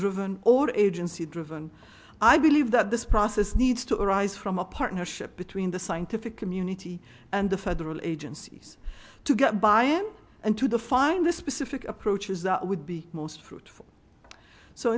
driven or agency driven i believe that this process needs to arise from a partnership between the scientific community and the federal agencies to get buy in and to the find the specific approaches that would be most fruit